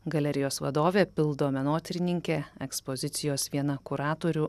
galerijos vadovė pildo menotyrininkė ekspozicijos viena kuratorių